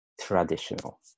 traditional